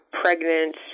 pregnant